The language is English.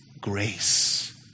grace